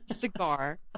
cigar